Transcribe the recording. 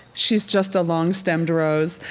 she's just a long-stemmed rose.